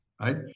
Right